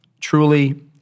truly